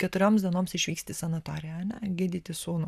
keturioms dienoms išvyksta į sanatoriją ane gydyti sūnų